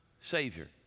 savior